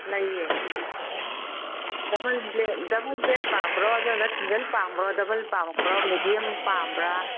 ꯂꯩꯌꯦ double bell ꯄꯥꯝꯕ꯭ꯔꯣ single ꯄꯥꯝꯕ꯭ꯔꯣ ꯗꯕꯜ ꯄꯥꯝꯕ꯭ꯔ ꯃꯦꯗꯤꯌꯝ ꯄꯥꯝꯕ꯭ꯔ